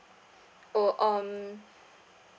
oh um